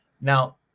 Now